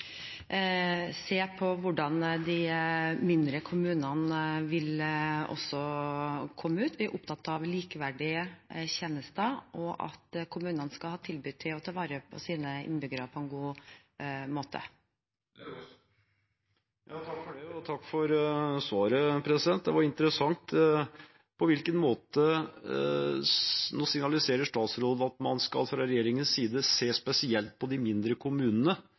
se på hvordan de mindre kommunene vil komme ut. Vi er opptatt av likeverdige tjenester og at kommunene skal ha tilbud til og ta vare på sine innbyggere på en god måte. Takk for svaret, det var interessant. Nå signaliserer statsråden at man fra regjeringens side skal se spesielt på de mindre kommunene.